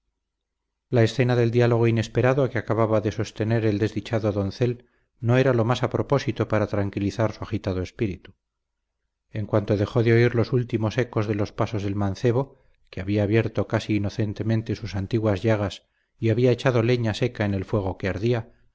la escena del diálogo inesperado que acababa de sostener el desdichado doncel no era lo más a propósito para tranquilizar su agitado espíritu en cuanto dejó de oír los últimos ecos de los pasos del mancebo que había abierto casi inocentemente sus antiguas llagas y había echado leña seca en el fuego que ardía